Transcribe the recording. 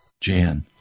Jan